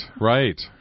right